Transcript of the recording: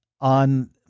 On